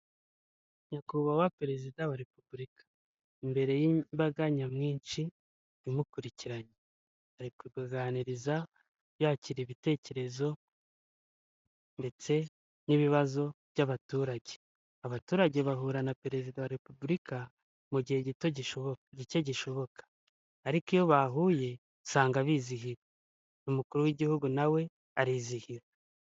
Nyakubahwa Perezida wa Repubulika. Imbere y'imbaga nyamwinshi imukurikiranye. Ari kubaganiriza yakira ibitekerezo, ndetse n'ibibazo by'abaturage. Abaturage bahura na Perezida wa Repubulika mu gihe gike gishoboka. Ariko iyo bahuye usanga bizihiwe. Umukuru w'igihugu na we arizihiwe.